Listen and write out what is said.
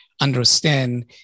understand